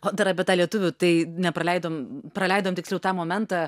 o dar apie tą lietuvių tai nepraleidom praleidom tiksliau tą momentą